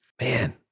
Man